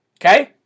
okay